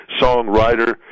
songwriter